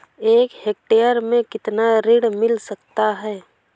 एक हेक्टेयर में कितना ऋण मिल सकता है?